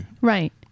Right